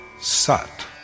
Sat